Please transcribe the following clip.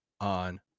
On